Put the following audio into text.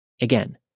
Again